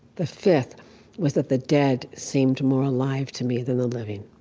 the fifth was that the dead seemed more alive to me than the living